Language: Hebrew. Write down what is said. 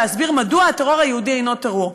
להסביר מדוע הטרור היהודי אינו טרור.